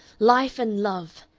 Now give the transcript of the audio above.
life and love!